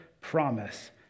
promise